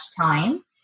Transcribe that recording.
time